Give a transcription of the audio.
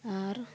ᱟᱨ